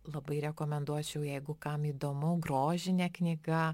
labai rekomenduočiau jeigu kam įdomu grožinė knyga